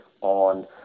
on